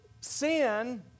sin